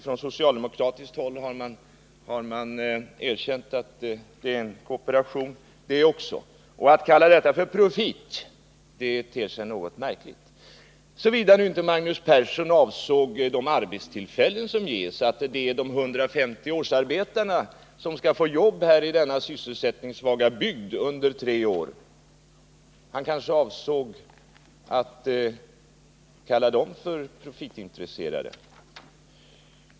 Från socialdemokratiskt håll har man erkänt att också LRF är en kooperation. Att tala om profit i samband med denna utbyggnad ter sig något märkligt, såvida inte Magnus Persson avsåg de arbetstillfällen som ges. Det är 150 årsarbetare som skall få jobb i denna sysselsättningssvaga bygd under tre år. Han kanske avsåg att kalla dem för profitintresserade.